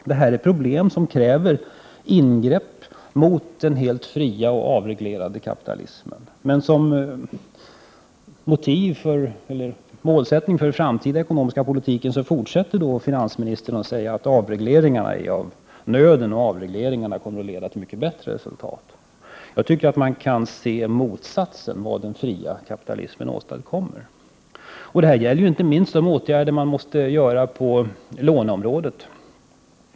Beträffande dessa problem krävs det ingrepp mot den helt fria och avreglerade kapitalismen. Men finansministern anför som motiv för den framtida ekonomiska politiken att avregleringar är av nöden och att de kommer att leda till mycket bättre resultat. Jag tycker att man kan se motsatsen när det gäller det som den fria kapitalismen åstadkommer. Det gäller inte minst de åtgärder som måste vidtas på lånemarknaden.